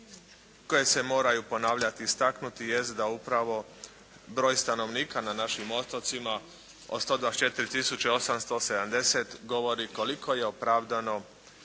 koji se moraju ponavljati i istaknuti jest da upravo broj stanovnika na našim otocima od 124 tisuće 870 govori koliko je opravdano